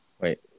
Wait